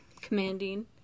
commanding